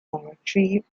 directory